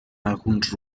alguns